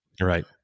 Right